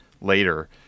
later